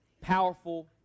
powerful